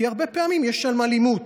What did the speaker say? כי הרבה פעמים יש שם אלימות,